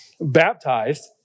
baptized